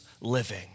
living